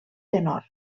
tenor